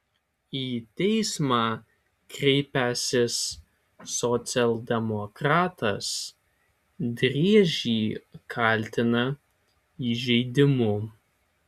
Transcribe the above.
į teismą kreipęsis socialdemokratas driežį kaltina įžeidimu